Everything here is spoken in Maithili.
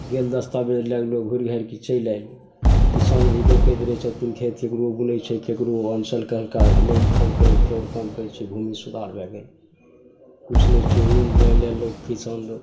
गेल दस्तावेज लैके लोक घुरि घारिके चलि आएल किसान भी बौखैत रहै छथिन खेत ककरो बुनै छै ककरो आन साल कहल कहलका हमे ई काम करै छिऔ ओ काम करै छिऔ भूमि सुधार भै गेल किछु नेचुरल लै लेलक किसान लोक